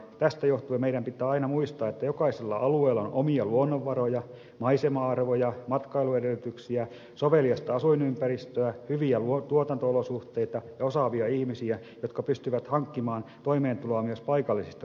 tästä johtuen meidän pitää aina muistaa että jokaisella alueella on omia luonnonvaroja maisema arvoja matkailuedellytyksiä soveliasta asuinympäristöä hyviä tuotanto olosuhteita ja osaavia ihmisiä jotka pystyvät hankkimaan toimeentuloa myös paikallisista lähteistä